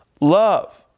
love